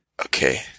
Okay